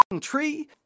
tree